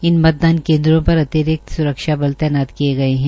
इन मतदान केन्द्रो पर अतिरिक्त सुरक्षा बल तैनात किये गये है